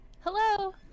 Hello